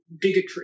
bigotry